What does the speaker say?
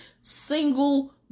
single